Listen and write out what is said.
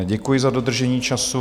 Děkuji za dodržení času.